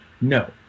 No